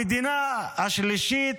המדינה השלישית,